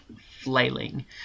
flailing